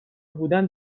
بودن